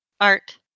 Art